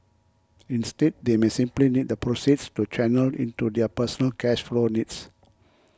instead they may simply need the proceeds to channel into their personal cash flow needs